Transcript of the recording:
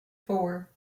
four